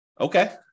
Okay